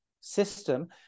system